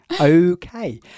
Okay